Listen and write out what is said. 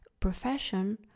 profession